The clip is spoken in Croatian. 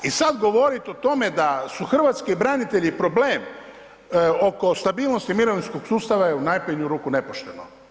I sad govoriti o tome da su hrvatski branitelji problem oko stabilnosti mirovinskog sustava je u najmanju ruku nepošteno.